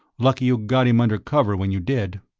lucky you got him under cover when you did.